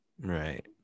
Right